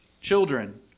children